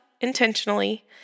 intentionally